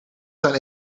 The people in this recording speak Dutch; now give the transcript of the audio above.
zijn